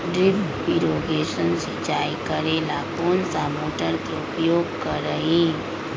Drip irrigation सिंचाई करेला कौन सा मोटर के उपयोग करियई?